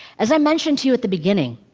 as i mentioned to you at the beginning,